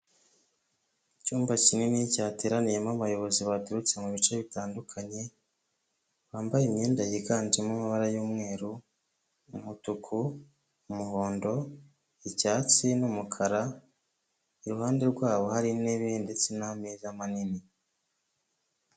Icyumba kinini cyateraniyemo abayobozi baturutse mu bice bitandukanye, bambaye imyenda yiganjemo amabara y'umweru umutuku umuhondo icyatsi n'umukara, iruhande rwabo hari intebe ndetse n'ameza manini.